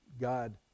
God